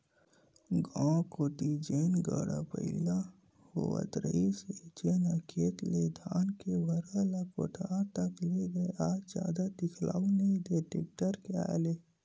गाँव कोती जेन गाड़ा बइला होवत रिहिस हे जेनहा खेत ले धान के भारा ल कोठार तक लेगय आज जादा दिखउल नइ देय टेक्टर के आय ले